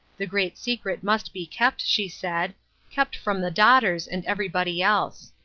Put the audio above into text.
the great secret must be kept, she said kept from the daughters and everybody else.